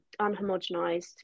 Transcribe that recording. unhomogenized